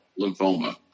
lymphoma